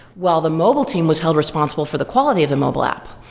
well, the mobile team was held responsible for the quality of the mobile app.